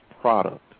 product